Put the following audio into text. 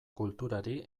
kulturari